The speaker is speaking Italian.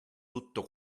tutto